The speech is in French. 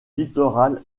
littoral